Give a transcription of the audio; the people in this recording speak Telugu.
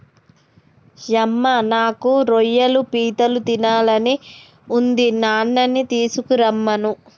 యమ్మ నాకు రొయ్యలు పీతలు తినాలని ఉంది నాన్ననీ తీసుకురమ్మను